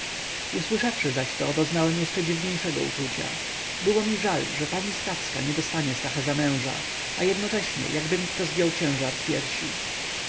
nią usłyszawszy zaś to doznałem jeszcze dziwniejszego uczucia było mi żal że pani stawska nie dostanie stacha za męża a jednocześnie jakby mi kto zdjął ciężar z piersi